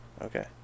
Okay